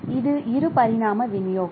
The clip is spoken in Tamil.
இது இரு பரிமாண விநியோகம்